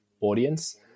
audience